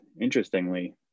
interestingly